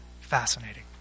fascinating